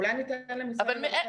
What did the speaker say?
אולי תיתנו רשות דיבור לאנשי משרד הרווחה